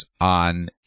on